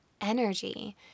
energy